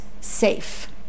safe